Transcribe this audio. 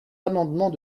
amendements